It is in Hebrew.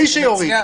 בלי שיוריד.